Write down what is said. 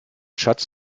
schatz